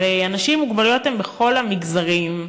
הרי אנשים עם מוגבלויות הם בכל המגזרים,